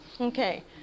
Okay